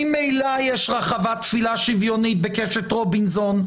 ממילא יש רחבת תפילה שוויונית בקשת רובינזון,